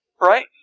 right